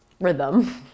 rhythm